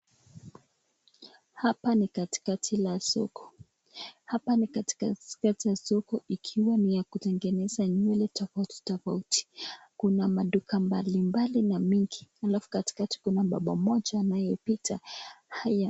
Hapa ni katikati la soko ikiwa ni ya kutengeneza nywele tofauti tofauti. Kuna maduka mbalimbali na mingi, halafu katikati kuna baba moja anayepita hapa.